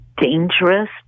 dangerous